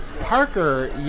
Parker